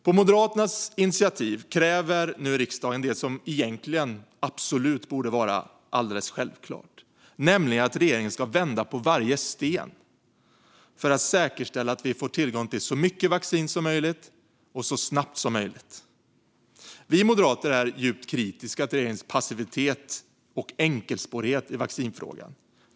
På Moderaternas initiativ kräver nu riksdagen det som egentligen borde vara alldeles självklart, nämligen att regeringen ska vända på varje sten för att säkerställa att vi får tillgång till så mycket vaccin som möjligt, så snabbt som möjligt. Vi moderater är djupt kritiska till regeringens passivitet och enkelspårighet i vaccinfrågan.